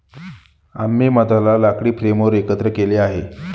आम्ही मधाला लाकडी फ्रेमवर एकत्र केले आहे